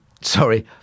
Sorry